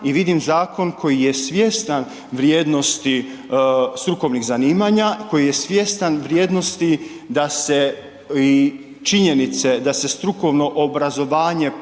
i vidim zakon koji je svjestan vrijednosti strukovnih zanimanja i koji je svjestan vrijednosti da se i činjenice da se strukovno obrazovanje